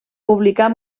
publicar